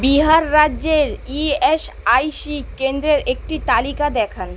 বিহার রাজ্যের ইএসআইসি কেন্দ্রের একটি তালিকা দেখান